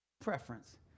preference